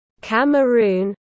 Cameroon